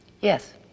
Yes